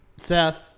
Seth